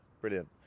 Brilliant